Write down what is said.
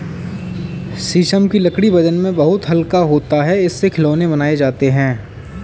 शीशम की लकड़ी वजन में बहुत हल्का होता है इससे खिलौने बनाये जाते है